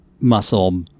muscle